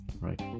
right